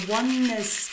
oneness